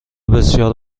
بسیار